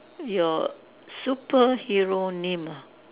your superhero name ah